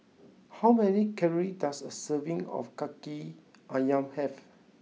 how many calories does a serving of Kaki Ayam have